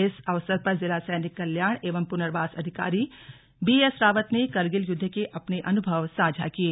इस अवसर पर जिला सैनिक कल्याण एवं पुनर्वास अधिकारी बीएस रावत ने करगिल युद्ध के अपने अनुभव साझा किये